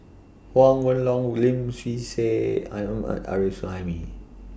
Huang Wenhong Lim Swee Say and Arif Suhaimi